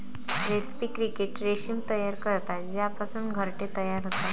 रेस्पी क्रिकेट रेशीम तयार करतात ज्यापासून घरटे तयार होतात